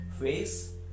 face